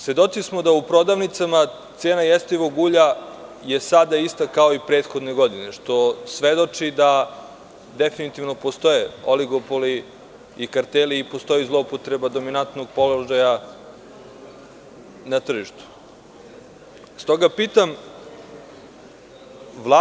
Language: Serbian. Svedoci smo da u prodavnicama cena jestivog ulja je sada ista kao i prethodnih godina, što svedoči da postoje oligopoli i karteli i postoji zloupotreba dominantnog položaja na tržištu.